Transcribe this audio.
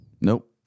Nope